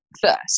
first